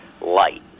light